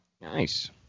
Nice